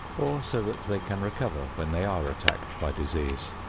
or so that they can recover when they are attacked by disease.